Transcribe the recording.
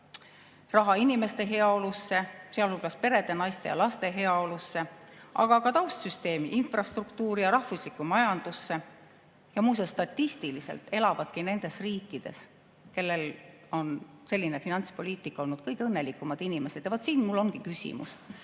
raha inimeste heaolusse, sealhulgas perede, naiste ja laste heaolusse, aga ka taustsüsteemi, infrastruktuuri ja rahvuslikku majandusse. Ja muuseas, statistiliselt võttes elavadki nendes riikides, kellel on selline finantspoliitika olnud, kõige õnnelikumad inimesed. Ja vaat, siin mul ongi küsimus.